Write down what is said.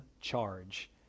charge